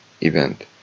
event